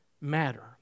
matter